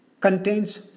contains